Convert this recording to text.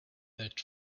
that